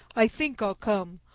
i think i'll come.